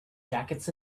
jackets